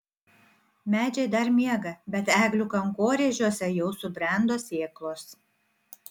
medžiai dar miega bet eglių kankorėžiuose jau subrendo sėklos